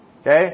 Okay